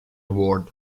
award